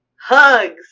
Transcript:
hugs